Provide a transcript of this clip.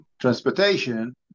transportation